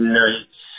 nights